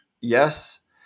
yes